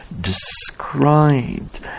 described